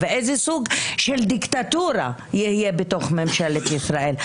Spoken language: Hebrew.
ואיזה סוג של דיקטטורה תהיה בממשלת ישראל.